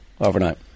overnight